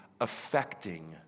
affecting